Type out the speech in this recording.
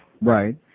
Right